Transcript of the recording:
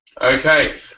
Okay